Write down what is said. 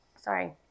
sorry